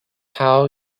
how